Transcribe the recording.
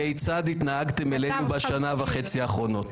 כולנו זוכרים היטב כיצד התנהגתם אלינו בשנה וחצי האחרונות.